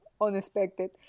unexpected